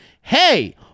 hey